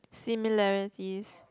similarities